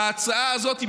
ההצעה הזאת,